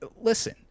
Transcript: listen